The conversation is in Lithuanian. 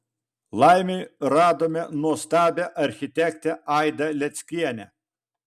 laimei radome nuostabią architektę aidą leckienę